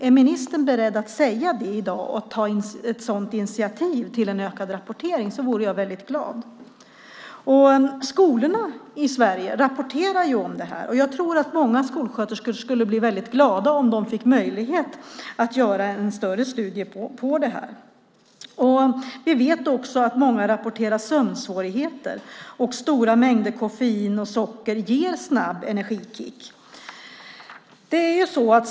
Är ministern beredd att säga det i dag och ta ett sådant initiativ till en ökad rapportering vore jag väldigt glad. Skolorna i Sverige rapporterar om detta. Jag tror att många skolsköterskor skulle bli väldigt glada om de fick möjlighet att göra en större studie på detta. Vi vet också att många rapporterar sömnsvårigheter, och stora mängder koffein och socker ger en snabb energikick.